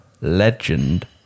legend